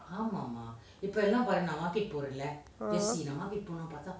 a'ah